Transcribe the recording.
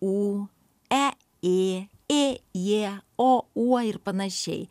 ū e ė ė jie o uo ir panašiai